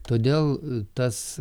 todėl tas